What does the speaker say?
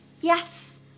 Yes